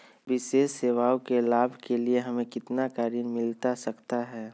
विशेष सेवाओं के लाभ के लिए हमें कितना का ऋण मिलता सकता है?